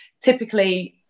typically